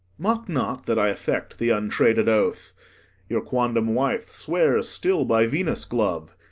mock not that i affect the untraded oath your quondam wife swears still by venus' glove.